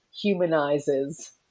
humanizes